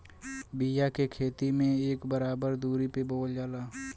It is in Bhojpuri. बिया के खेती में इक बराबर दुरी पे बोवल जाला